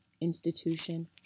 institution